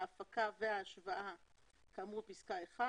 ההפקה וההשוואה כאמור בפסקה (1)